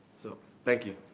so, thank you.